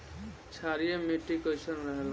क्षारीय मिट्टी कईसन रहेला?